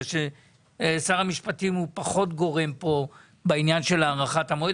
בגלל ששר המשפטים הוא פחות גורם פה בעניין של הארכת המועד,